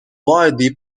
wildly